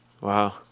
wow